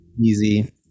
Easy